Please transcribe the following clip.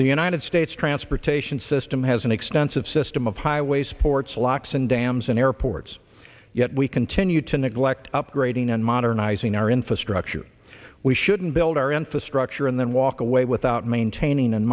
the united states transportation system has an extensive system of highways ports locks and dams and airports yet we continue to neglect upgrading and modernizing our infrastructure we shouldn't build our infrastructure and then walk away without maintaining and